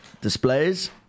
displays